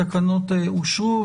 התקנות אושרו.